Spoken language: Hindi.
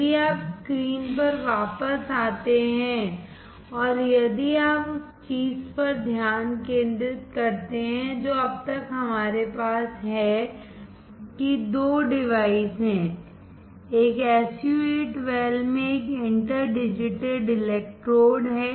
यदि आप स्क्रीन पर वापस आते हैं और यदि आप उस चीज़ पर ध्यान केंद्रित करते हैं जो अब तक हमारे पास है कि 2 डिवाइस हैं एक SU 8 Well में एक इंटर डिजिटेड इलेक्ट्रोड है